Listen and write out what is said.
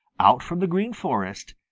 out from the green forest,